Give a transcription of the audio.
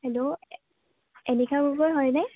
hello Enisha Gogoi হয়নে